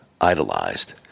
idolized